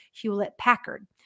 Hewlett-Packard